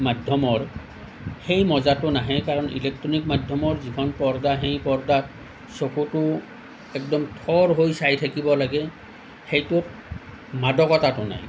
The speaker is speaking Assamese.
মাধ্যমৰ সেই মজাটো নাহে কাৰণ ইলেকট্ৰনিক মাধ্যমৰ যিখন পৰ্দা সেই পৰ্দাত চকুটো একদম থৰ হৈ চাই থাকিব লাগে সেইটোত মাদকতাটো নাই